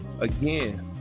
Again